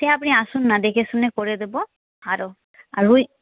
সে আপনি আসুন না দেখে শুনে করে দেব আরো রুই